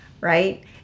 right